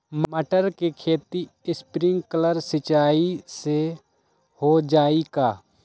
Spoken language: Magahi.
मटर के खेती स्प्रिंकलर सिंचाई से हो जाई का?